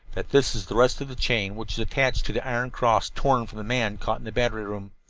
that this is the rest of the chain which was attached to the iron cross torn from the man caught in the battery room.